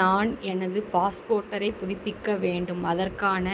நான் எனது பாஸ்போட்டரை புதுப்பிக்க வேண்டும் அதற்கான